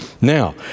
Now